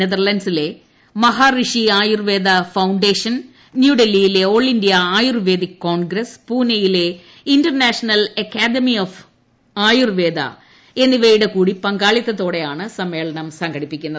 നെതർലാൻഡ്സിലെ Maharishi Ayurveda foundation ന്യൂഡൽഹിയിലെ all India Ayurvedic congress പൂനെയിലെ international academy of Ayurveda എന്നിവരുടെ കൂടി പങ്കാളിത്തതോടെയാണ് സമ്മേളനം നടക്കുന്നത്